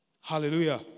Hallelujah